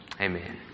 Amen